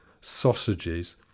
sausages